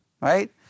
Right